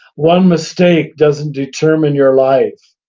one mistake doesn't determine your life,